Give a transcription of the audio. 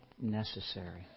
necessary